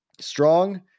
strong